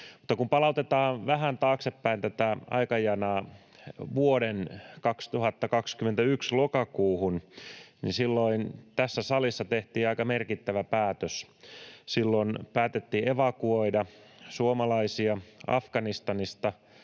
Mutta kun palautetaan vähän taaksepäin tätä aikajanaa vuoden 2021 lokakuuhun, niin silloin tässä salissa tehtiin aika merkittävä päätös. Silloin päätettiin evakuoida suomalaisia Afganistanista,